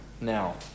now